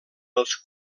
els